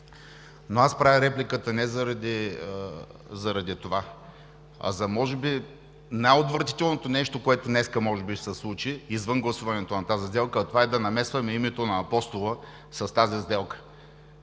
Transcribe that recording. правя обаче репликата не заради това, а за може би най отвратителното нещо, което днес може би ще се случи извън гласуването на тази сделка, а това е да намесваме името на Апостола с тази сделка.